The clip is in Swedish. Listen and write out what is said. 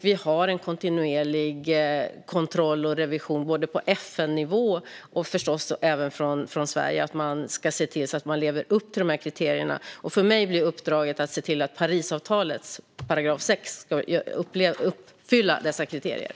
Vi har en kontinuerlig kontroll och revision på FN-nivå och förstås även från Sverige. Man ska se till att man lever upp till de här kriterierna. För mig blir uppdraget att se till att man uppfyller kriterierna i enlighet med § 6 i Parisavtalet.